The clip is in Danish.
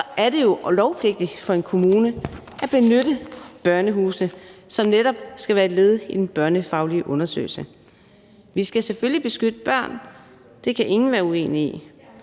er det jo lovpligtigt for en kommune at benytte børnehusene, som netop skal være et led i den børnefaglige undersøgelse. Vi skal selvfølgelig beskytte børn, det kan ingen være uenige i.